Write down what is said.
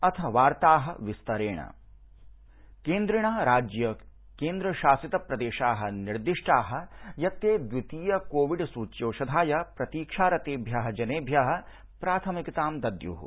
अथ वार्ताः विस्तरेण केन्द्रेण राज्य केन्द्र शासित प्रदेशाः निर्दिष्टाः यत् ते द्वितीय कोविड् सूच्यौषधाय प्रतीक्षारतेभ्यः जनेभ्यः प्राथमिकतां दद्युः